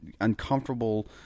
uncomfortable